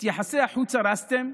את יחסי החוץ הרסתם.